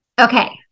Okay